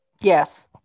Yes